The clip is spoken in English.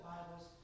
Bibles